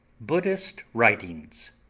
buddhist writings.